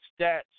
stats